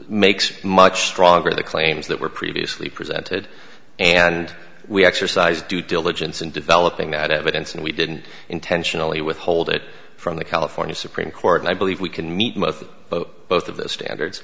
makes much stronger the claims that were previously presented and we exercise due diligence in developing that evidence and we didn't intentionally withhold it from the california supreme court and i believe we can meet most of both of those standards